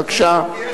בבקשה.